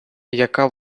яка